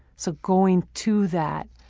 so going to that